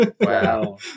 Wow